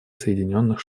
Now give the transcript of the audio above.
соединенных